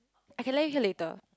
I can let you hear later